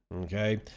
Okay